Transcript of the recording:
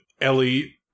Ellie